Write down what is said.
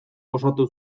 osatu